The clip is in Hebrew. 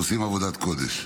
עושים עבודת קודש.